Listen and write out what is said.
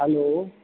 hello